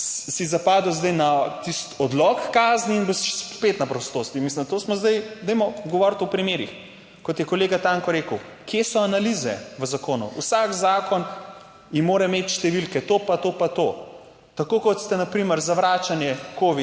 si zapadel zdaj na tisti odlok kazni in bo spet na prostosti? Mislim, to smo zdaj, dajmo govoriti o primerih, kot je kolega Tanko rekel, kje so analize v zakonu. Vsak zakon mora imeti številke to pa to pa to, tako kot ste na primer za vračanje covid